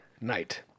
night